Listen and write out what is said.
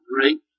great